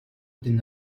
deny